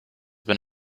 been